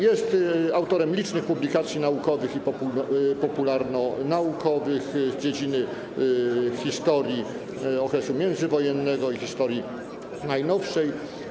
Jest autorem licznych publikacji naukowych i popularnonaukowych z dziedziny historii okresu międzywojennego i historii najnowszej.